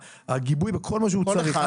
הגיבוי בכל מה שהוא צריך,